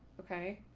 ok,